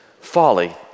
folly